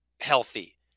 healthy